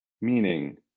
Meaning